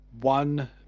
one